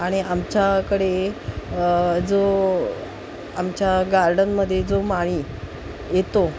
आणि आमच्याकडे जो आमच्या गार्डनमध्ये जो माळी येतो